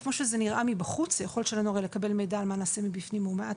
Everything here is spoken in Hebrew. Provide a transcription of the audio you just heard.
כמו שזה נראה מבחוץ היכולת שלנו לקבל מידע על מה נעשה מבפנים הוא מועט